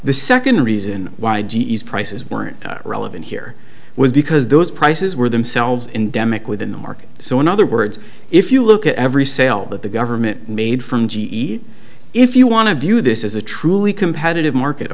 the second reason why d e s prices weren't relevant here was because those prices were themselves in demick within the market so in other words if you look at every sale that the government made from g e if you want to view this is a truly competitive market a